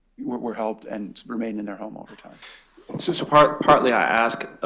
were helped and remained in their home over time so so partly partly i ask,